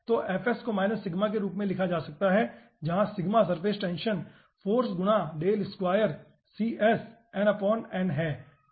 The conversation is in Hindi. तोको के रूप में लिखा जा सकता है जहां सरफेस टेंशन फाॅर्स गुणा है